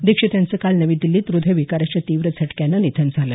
दीक्षित यांचं काल नवी दिल्लीत हृदयविकाराच्या तीव्र झटक्यानं निधन झालं